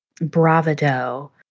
bravado